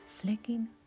flicking